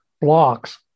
blocks